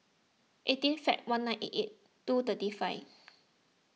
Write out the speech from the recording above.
eighteen February one nine eight eight two thirty five